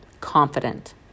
confident